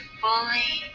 fully